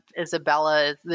Isabella